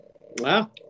Wow